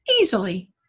easily